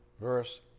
verse